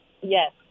Yes